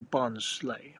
barnsley